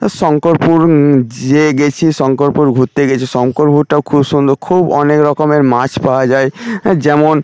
শঙ্করপুর যে গিয়েছি শঙ্করপুর ঘুরতে গিয়েছি শঙ্করপুরটাও খুব সুন্দর খুব অনেক রকমের মাছ পাওয়া যায় যেমন